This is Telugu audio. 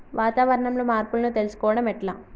వాతావరణంలో మార్పులను తెలుసుకోవడం ఎట్ల?